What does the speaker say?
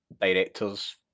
director's